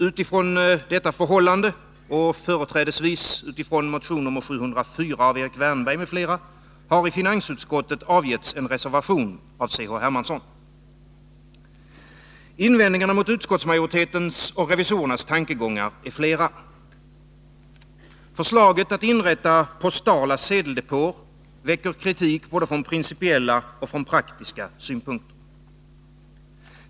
Utifrån detta förhållande, företrädesvis motion nr 704 av Erik Wärnberg Invändningarna mot utskottsmajoritetens och revisorernas tankegångar är flera. Förslaget att inrätta postala sedeldepåer väcker kritik både från principiella och från praktiska synpunkter.